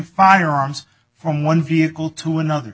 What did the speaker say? firearms from one vehicle to another